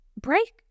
Break